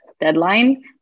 deadline